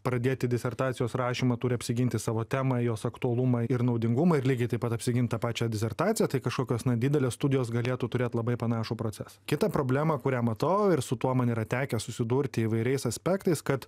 pradėti disertacijos rašymą turi apsiginti savo temą jos aktualumą ir naudingumą ir lygiai taip pat apsigint tą pačią disertaciją tai kažkokios na didelės studijos galėtų turėt labai panašų procesą kitą problemą kurią matau ir su tuo man yra tekę susidurti įvairiais aspektais kad